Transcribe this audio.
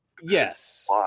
yes